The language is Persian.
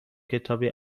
کتابی